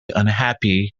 unhappy